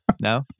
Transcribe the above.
No